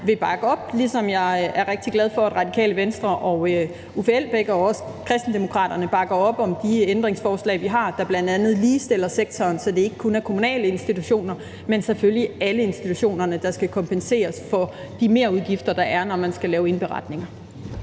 vil bakke op om, ligesom jeg er rigtig glad for, at Radikale Venstre og Uffe Elbæk og også Kristendemokraterne bakker op om de ændringsforslag, vi har, der bl.a. ligestiller sektoren, så det ikke kun er kommunale institutioner, men selvfølgelig alle institutioner, der skal kompenseres for de merudgifter, der er, når man skal lave indberetninger.